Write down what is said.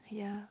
yeah